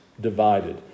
divided